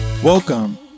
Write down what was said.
Welcome